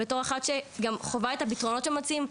בתור אחת שגם חווה את הפתרונות שמציעים,